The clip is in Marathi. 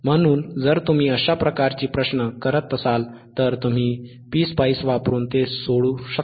म्हणून जर तुम्ही अशा प्रकारची प्रश्न करत असाल तर तुम्ही PSpice वापरून ते सोडवू शकता